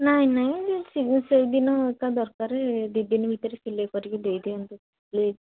ନାହିଁ ନାହିଁ ସେ ସେଇଦିନ ତା'ର ଦରକାର ଦୁଇ ଦିନ ଭିତରେ ସିଲାଇ କରିକି ଦେଇ ଦିଅନ୍ତୁ ପ୍ଲିଜ୍